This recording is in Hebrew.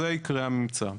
זה עיקרי הממצא.